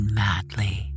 madly